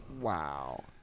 Wow